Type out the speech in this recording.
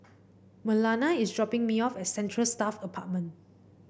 Marlana is dropping me off at Central Staff Apartment